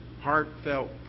heartfelt